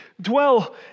dwell